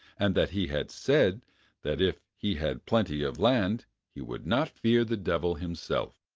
and that he had said that if he had plenty of land he would not fear the devil himself.